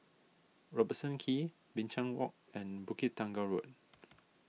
Robertson Quay Binchang Walk and Bukit Tunggal Road